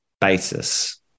basis